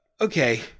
Okay